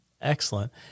Excellent